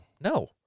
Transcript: No